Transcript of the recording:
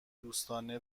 دوستانه